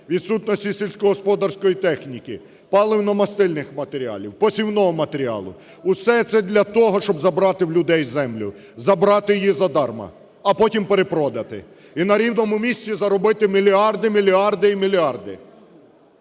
відсутності сільськогосподарської техніки, паливно-мастильних матеріалів, посівного матеріалу – все це для того, щоб забрати в людей землю, забрати її задарма, а потім перепродати і на рівному місці заробити мільярди, мільярди і мільярди.